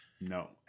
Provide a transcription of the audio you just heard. No